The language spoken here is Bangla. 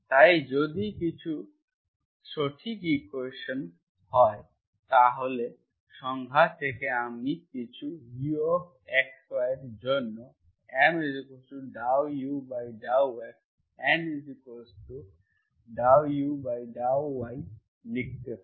তাই যদি কিছু সঠিক হয় তাহলে সংজ্ঞা থেকে আমি কিছু uxyএর জন্য M∂u∂x N∂u∂y লিখতে পারি